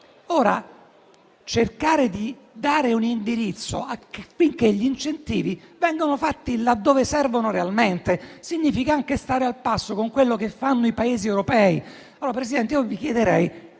allora di dare un indirizzo affinché gli incentivi vengano fatti laddove servono realmente significa anche stare al passo con quello che fanno i Paesi europei.